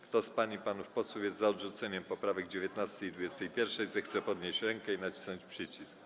Kto z pań i panów posłów jest za odrzuceniem poprawek 19. i 21., zechce podnieść rękę i nacisnąć przycisk.